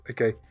Okay